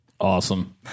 Awesome